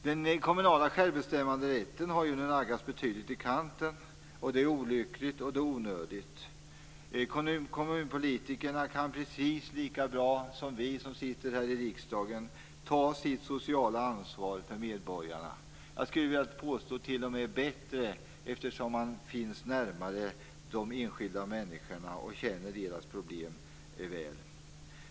Den kommunala självbestämmanderätten naggas nu betydligt i kanten, och det är olyckligt och onödigt. Kommunpolitikerna kan precis lika bra som vi som sitter här i riksdagen ta sitt sociala ansvar för medborgarna - t.o.m. bättre, skulle jag vilja påstå, eftersom man finns närmare de enskilda människorna och känner deras problem väl.